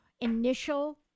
initial